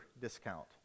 discount